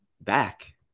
back